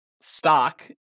stock